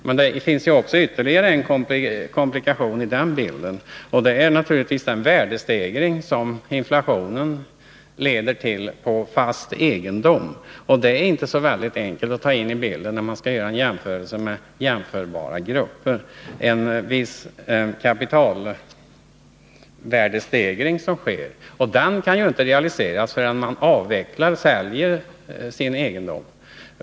Men det finns ytterligare en komplikation i den bilden, nämligen den värdestegring på fast egendom som inflationen leder till, och det är inte så väldigt enkelt att ta med i beräkningen den kapitalvärdestegring som sker när man skall göra en jämförelse med jämförbara grupper. Den värdestegringen kan ju inte realiseras förrän man avvecklar sin egendom.